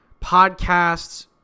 podcasts